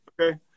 Okay